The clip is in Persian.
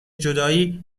جدایی